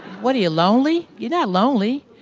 what are you, lonely? you're not lonely.